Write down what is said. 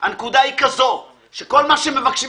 הנקודה היא שכל מה שהם מבקשים,